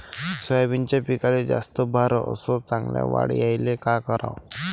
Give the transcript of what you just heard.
सोयाबीनच्या पिकाले जास्त बार अस चांगल्या वाढ यायले का कराव?